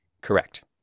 Correct